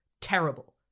Terrible